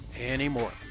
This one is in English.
anymore